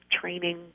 training